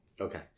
Okay